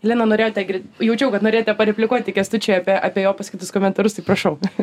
lina norėjote gir jaučiau kad norėjote publikuoti kęstučiui apie apie jo pasakytus komentarus tai prašau